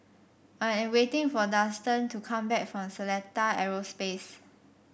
I am waiting for Dustan to come back from Seletar Aerospace